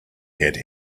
had